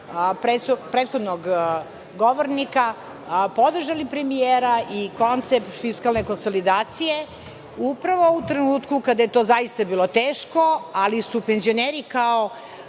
prethodnog govornika, podržali premijera i koncept fiskalne konsolidacije upravo u trenutku kada je to zaista bilo teško, ali su penzioneri kao